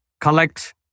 collect